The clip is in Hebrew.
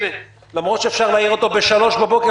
למרות שאפשר להעיר אותו ב-03:00 בבוקר,